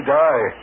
die